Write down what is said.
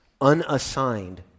unassigned